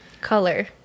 color